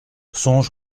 songe